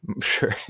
Sure